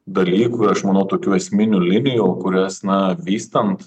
dalykų aš manau tokių esminių linijų kurias na vystant